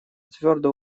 твердо